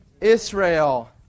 Israel